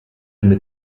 mit